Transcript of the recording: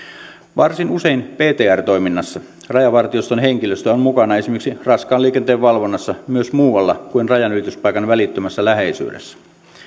varsin usein ptr toiminnassa rajavartioston henkilöstö on mukana esimerkiksi raskaan liikenteen valvonnassa myös muualla kuin rajanylityspaikan välittömässä läheisyydessä